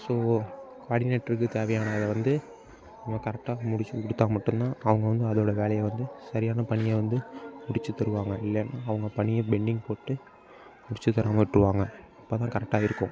so கோஆர்டினேட்ருக்கு தேவையானதை வந்து நம்ம கரெக்டாக முடிச்சு கொடுத்தா மட்டும் தான் அவங்க வந்து அதோட வேலையை வந்து சரியான பணியை வந்து முடிச்சு தருவாங்க இல்லைனால் அவங்க பணியை பெண்டிங் போட்டு முடிச்சு தராமல் விட்ருவாங்க அப்போ தான் கரெக்டாக இருக்கும்